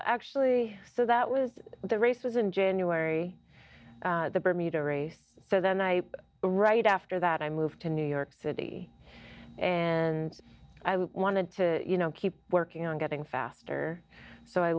actually so that was the races in january the bermuda race so then i right after that i moved to new york city and i wanted to you know keep working on getting faster so i